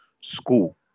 school